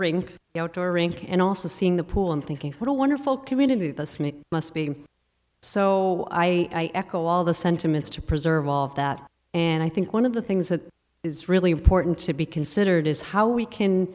the outdoor rink and also seeing the pool and thinking what a wonderful community this make must be so i echo all the sentiments to preserve all of that and i think one of the things that is really important to be considered is how we can